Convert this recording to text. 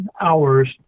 hours